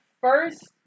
first